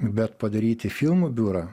bet padaryti filmų biurą